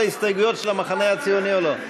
ההסתייגויות של המחנה הציוני או לא?